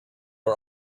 are